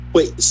Wait